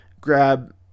grab